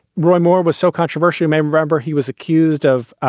roy moore was so controversial. you may remember he was accused of